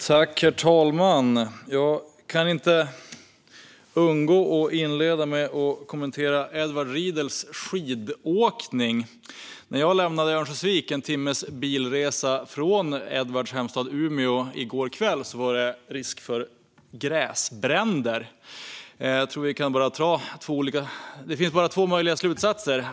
Herr talman! Jag kan inte låta bli att inleda med en kommentar om Edward Riedls skidåkning. När jag i går kväll lämnade Örnsköldsvik, en timmes bilresa från Edwards hemstad Umeå, var det risk för gräsbränder. Det finns bara två möjliga slutsatser.